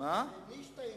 זה "נישט אהין נישט אהער".